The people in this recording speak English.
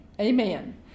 Amen